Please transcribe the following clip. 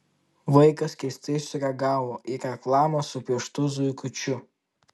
vaikas keistai sureagavo į reklamą su pieštu zuikučiu